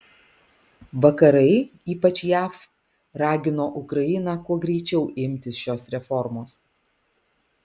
vakarai ypač jav ragino ukrainą kuo greičiau imtis šios reformos